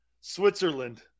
Switzerland